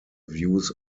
views